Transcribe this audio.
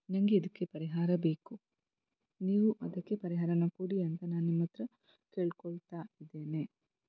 ನನಗೆ ಇದಕ್ಕೆ ಪರಿಹಾರ ಬೇಕು ನೀವು ಅದಕ್ಕೆ ಪರಿಹಾರನ ಕೊಡಿ ಅಂತ ನಾನು ನಿಮ್ಮ ಹತ್ರ ಹೇಳಿಕೊಳ್ತಾ ಇದ್ದೇನೆ